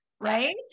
Right